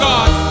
God